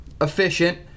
efficient